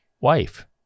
wife